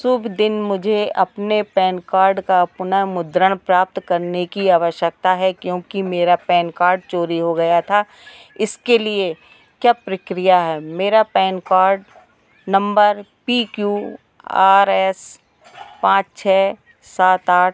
शुभ दिन मुझे अपने पैन कार्ड का पुनः मुद्रण प्राप्त करने की आवश्यकता है क्योंकि मेरा पैन कार्ड चोरी हो गया था इसके लिए क्या प्रक्रिया है मेरा pan card number P Q R S पाँच छह सात आठ